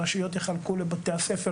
הרשויות יחלקו לבתי הספר,